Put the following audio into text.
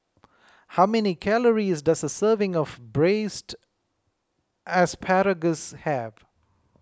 how many calories does a serving of Braised Asparagus have